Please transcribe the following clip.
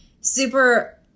super